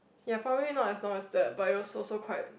ya probably not as long as that but it also so quite